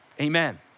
Amen